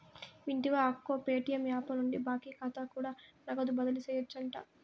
వింటివా అక్కో, Paytm app నుండి బాకీ కాతా కూడా నగదు బదిలీ సేయొచ్చంట